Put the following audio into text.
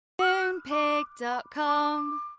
Moonpig.com